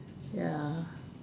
ya